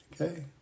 Okay